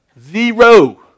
Zero